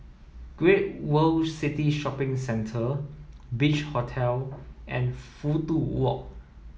Great World City Shopping Centre Beach Hotel and Fudu Walk